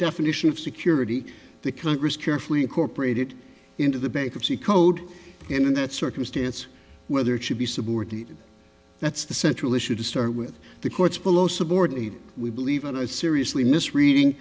definition of security that congress carefully incorporated into the bankruptcy code and in that circumstance whether it should be subordinate that's the central issue to start with the courts below subordinate we believe it seriously misreading